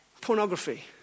Pornography